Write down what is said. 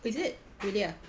is it really ah